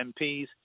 MPs